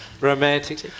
Romantic